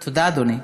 תודה, אדוני.